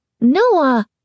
Noah